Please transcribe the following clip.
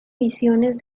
visiones